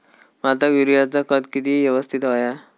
भाताक युरियाचा खत किती यवस्तित हव्या?